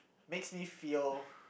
makes me feel